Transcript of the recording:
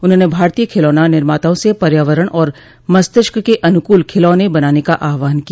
उन्होंने भारतीय खिलौना निमाताओं से पर्यावरण और मस्तिष्क के अनुकूल खिलौने बनाने का आहवान किया